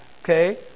okay